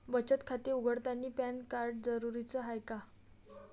बचत खाते उघडतानी पॅन कार्ड जरुरीच हाय का?